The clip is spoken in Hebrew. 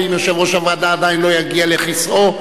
ואם יושב-ראש הוועדה עדיין לא יגיע לכיסאו,